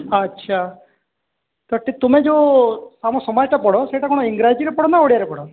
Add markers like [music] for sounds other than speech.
ଆଚ୍ଛା [unintelligible] ତୁମେ ଯେଉଁ ଆମ ସମାଜଟା ପଢ଼ ସେଇଟା କ'ଣ ଇଂରାଜୀରେ ପଢ଼ ନା ଓଡିଆରେ ପଢ଼